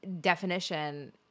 definition